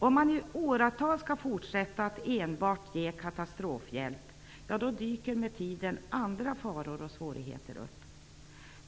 Om man i åratal skall fortsätta att enbart ge katastrofhjälp dyker med tiden andra faror och svårigheter upp.